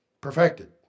perfected